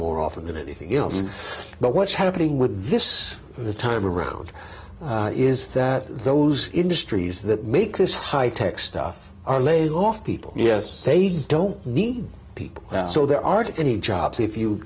more often than anything else but what's happening with this time around is that those industries that make this high tech stuff are laid off people yes they don't need people so there aren't any jobs if you